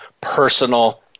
personal